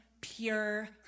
pure